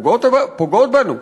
פוגעות בנו.